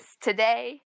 today